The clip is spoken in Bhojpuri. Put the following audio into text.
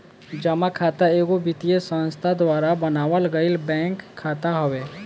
जमा खाता एगो वित्तीय संस्था द्वारा बनावल गईल बैंक खाता हवे